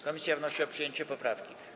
Komisja wnosi o przyjęcie tej poprawki.